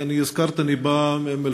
אני הזכרתי שאני בא מאום-אלפחם,